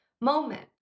moment